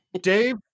Dave